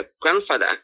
grandfather